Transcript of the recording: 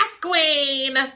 queen